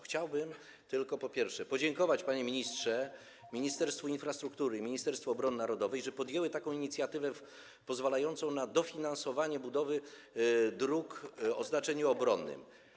Chciałbym tylko, panie ministrze, podziękować ministerstwom, ministerstwu infrastruktury i Ministerstwu Obrony Narodowej, że podjęły taką inicjatywę pozwalającą na dofinansowanie budowy dróg o znaczeniu obronnym.